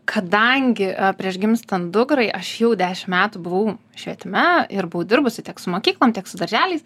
kadangi prieš gimstant dukrai aš jau dešim metų buvau švietime ir buvau dirbusi tiek su mokyklom tiek su darželiais